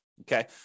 Okay